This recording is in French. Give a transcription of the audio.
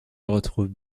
retrouvent